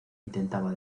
intentaba